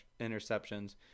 interceptions